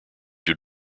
due